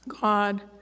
God